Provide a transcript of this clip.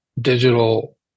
digital